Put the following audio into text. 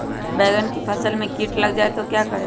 बैंगन की फसल में कीट लग जाए तो क्या करें?